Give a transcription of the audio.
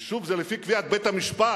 ושוב, זה לפי קביעת בית-המשפט.